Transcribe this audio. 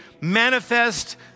manifest